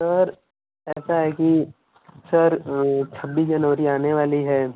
sir ऐसा है की सर छब्बीस जनवरी आने वाली है